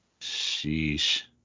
Sheesh